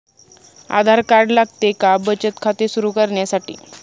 आधार card लागते का बचत खाते सुरू करण्यासाठी?